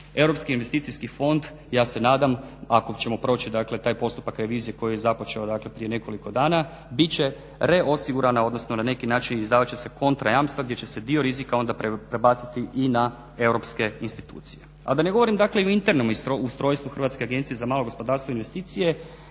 Europski investicijski fond ja se nadam ako ćemo proći, dakle taj postupak revizije koji je započeo, dakle prije nekoliko dana bit će reosigurana odnosno na neki način izdavat će se kontra jamstva gdje će se dio rizika onda prebaciti i na europske institucije. A da ne govorim dakle i o internom ustrojstvu Hrvatske agencije za malo gospodarstvo i investicije